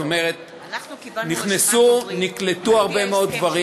זאת אומרת, נקלטו הרבה מאוד דברים.